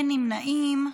אין נמנעים.